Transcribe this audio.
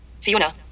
Fiona